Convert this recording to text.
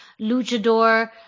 luchador